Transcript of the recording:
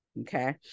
Okay